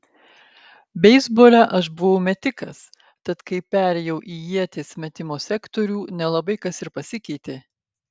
beisbole aš buvau metikas tad kai perėjau į ieties metimo sektorių nelabai kas ir pasikeitė